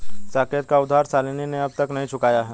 साकेत का उधार शालिनी ने अब तक नहीं चुकाया है